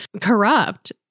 corrupt